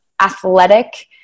athletic